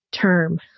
term